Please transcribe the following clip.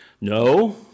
no